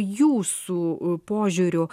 jūsų požiūriu